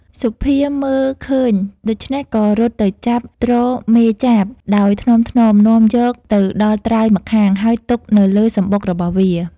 សុភាមើល ឃើញដូច្នេះក៏រត់ទៅចាប់ទ្រមេចាបដោយថ្នមៗនាំយកទៅដល់ត្រើយម្ខាង ហើយទុកនៅលើសំបុករបស់វា ។